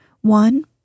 One